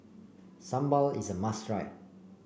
Sambal is a must try